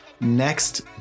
next